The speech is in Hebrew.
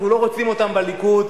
אנחנו לא רוצים אותם בליכוד,